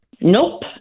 nope